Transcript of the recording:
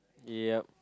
yup